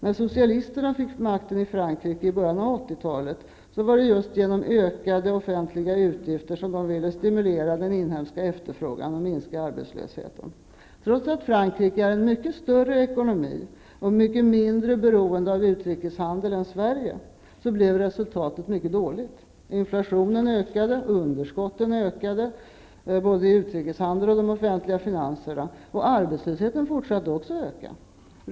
När socialisterna fick makten i Frankrike i början av 1980-talet ville de just genom ökade offentliga utgifter stimulera den inhemska efterfrågan och minska arbetslösheten. Trots att Franrike är en mycket större ekonomi och är mindre beroende av utrikeshandel än Sverige blev resultatet dåligt. Inflationen ökade, underskotten ökade både i utrikeshandeln och de offentliga finanserna -- och arbetslösheten fortsatte också att öka.